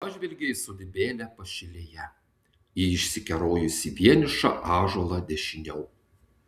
pažvelgė į sodybėlę pašilėje į išsikerojusį vienišą ąžuolą dešiniau